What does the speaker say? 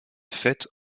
faite